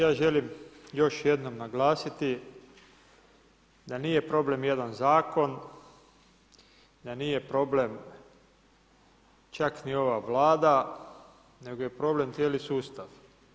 Ja želim još jednom naglasiti da nije problem jedan zakon, da nije problem čak ni ova Vlada, nego je problem cijeli sustav.